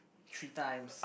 three times